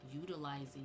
utilizing